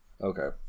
Okay